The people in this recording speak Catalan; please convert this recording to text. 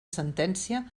sentència